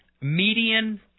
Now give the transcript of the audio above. median